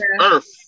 Earth